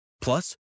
Plus